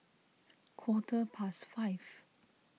quarter past five